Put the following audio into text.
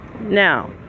Now